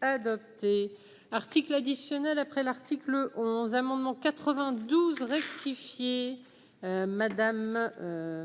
adopté. Article additionnel après l'article 11 amendements 92 rectifié, madame,